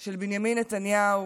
של בנימין נתניהו